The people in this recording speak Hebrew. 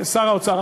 שר האוצר,